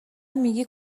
میگی